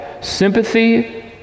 sympathy